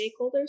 stakeholders